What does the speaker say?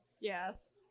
yes